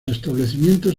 establecimientos